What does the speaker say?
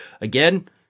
Again